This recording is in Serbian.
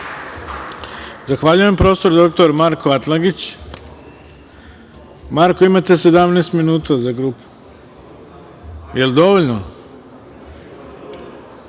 Zahvaljujem. Reč ima prof. dr Marko Atlagić. Marko, imate 17 minuta za grupu. Jel dovoljno?